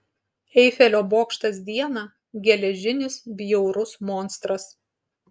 eifelio bokštas dieną geležinis bjaurus monstras